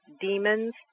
demons